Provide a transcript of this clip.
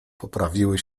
poprawiły